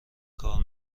کار